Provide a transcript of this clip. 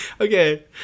Okay